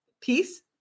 Peace